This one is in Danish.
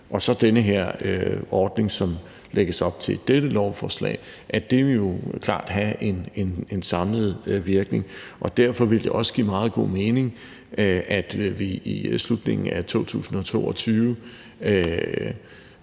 og så den her ordning, som der lægges op til i dette lovforslag, klart vil have en samlet virkning. Derfor vil det også give meget god mening, at vi i slutningen af 2022